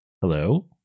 hello